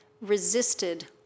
resisted